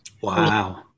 Wow